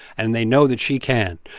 and they know that she can,